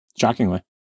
shockingly